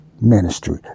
ministry